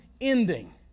ending